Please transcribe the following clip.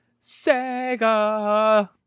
Sega